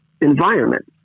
environment